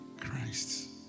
Christ